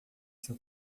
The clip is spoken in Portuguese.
seu